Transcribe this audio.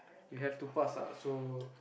you have to pass ah so